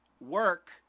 Work